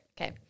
Okay